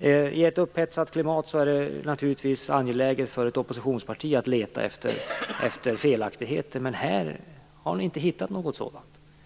I ett upphetsat klimat är det naturligtvis angeläget för ett oppositionsparti att leta efter felaktigheter, men här har ni inte hittat några sådana.